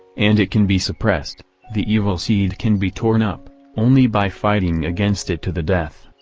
and it can be suppressed the evil seed can be torn up only by fighting against it to the death,